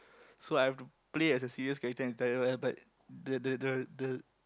so I've to play as a serious character entire but the the the the